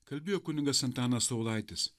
kalbėjo kunigas antanas saulaitis